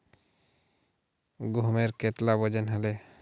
गहोमेर कतेला वजन हले